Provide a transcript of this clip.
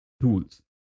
tools